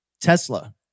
Tesla